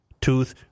Tooth